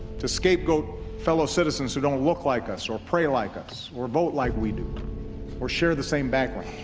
to scapegoat fellow citizens who don't look like us or pray like us or vote like we do or share the same background.